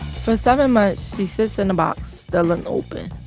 for seven months, she sits in a box, still unopened.